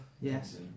Yes